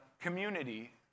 community